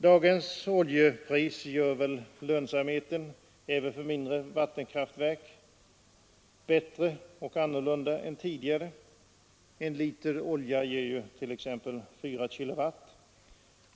Dagens oljepris gör lönsamheten, även för mindre vattenkraftverk, bättre än tidigare. En liter olja ger t.ex. 4 kWh.